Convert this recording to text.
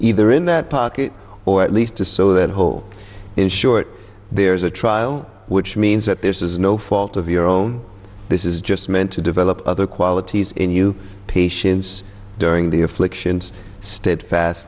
either in that pocket or at least to so that whole in short there is a trial which means that there is no fault of your own this is just meant to develop other qualities in you patience during the afflictions